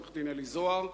עורך-הדין אלי זוהר,